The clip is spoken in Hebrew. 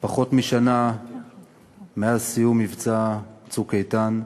פחות משנה מאז סיום מבצע "צוק איתן",